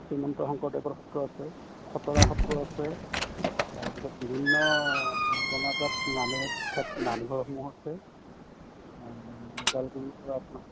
শ্ৰীমন্ত শংকৰদেৱৰ সত্ৰ আছে খতৰা সত্ৰ আছে তাৰপিছত বিভিন্ন জনাজাত নামে বিখ্যাত নামঘৰসমূহ আছে ওদালগুৰিৰ পৰা আপোনাৰ